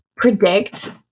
predict